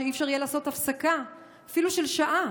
עד כדי כך שאי-אפשר יהיה לעשות הפסקה אפילו של שעה,